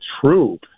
true